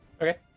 Okay